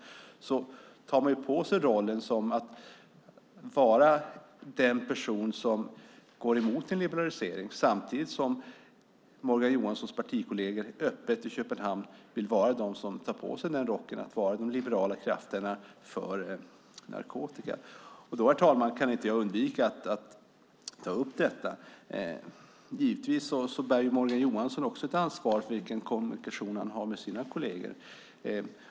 Det är att ta på sig rollen som den person som går emot en liberalisering, samtidigt som Morgan Johanssons partikolleger öppet i Köpenhamn vill vara de som tar på sig rocken att vara de liberala krafterna för narkotika. Då, herr talman, kan jag inte undvika att ta upp detta. Givetvis bär också Morgan Johansson ett ansvar för vilken kommunikation han har med sina kolleger.